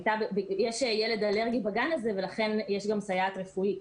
יש ילד אלרגי בגן הזה ולכן יש גם סייעת רפואית.